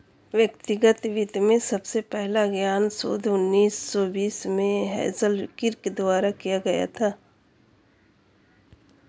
व्यक्तिगत वित्त में सबसे पहला ज्ञात शोध उन्नीस सौ बीस में हेज़ल किर्क द्वारा किया गया था